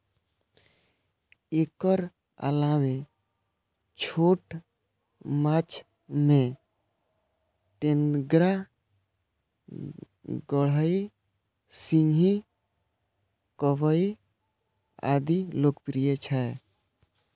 एकर अलावे छोट माछ मे टेंगरा, गड़ई, सिंही, कबई आदि लोकप्रिय छै